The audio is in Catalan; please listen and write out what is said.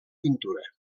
pintura